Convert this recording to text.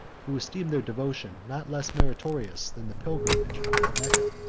who esteem their devotion not less meritorious than the pilgrimage of mecca.